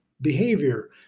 behavior